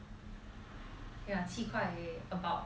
ya 七块 about